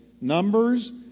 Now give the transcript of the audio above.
Numbers